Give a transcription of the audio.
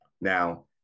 Now